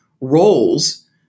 roles